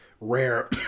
rare